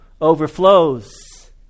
overflows